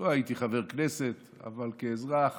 לא הייתי חבר כנסת, אבל כאזרח